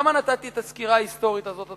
למה נתתי את הסקירה ההיסטורית הזאת,